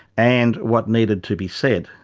and what needed to be said.